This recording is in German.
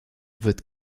wird